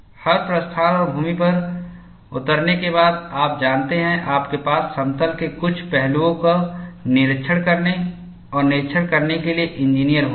हर प्रस्थान और भूमि पर उतरने के बाद आप जानते हैं आपके पास समतल के कुछ पहलुओं का निरीक्षण करने और निरीक्षण करने के लिए इंजीनियर होंगे